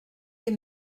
les